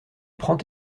prend